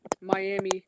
Miami